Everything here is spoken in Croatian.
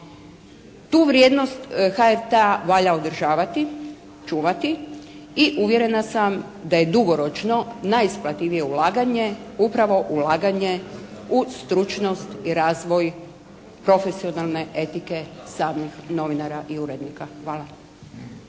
Tu vrijednost HRT-a valja održavati, čuvati i uvjerena sam da je dugoročno najisplativije ulaganje upravo ulaganje u stručnost i razvoj profesionalne etike samih novinara i urednika. Hvala.